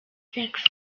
sechs